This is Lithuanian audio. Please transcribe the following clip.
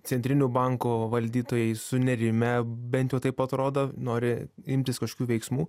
centrinio banko valdytojai sunerimę bent jau taip atrodo nori imtis kažkokių veiksmų